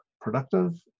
productive